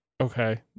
Okay